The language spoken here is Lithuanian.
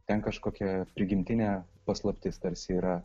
ten kažkokia prigimtinė paslaptis tarsi yra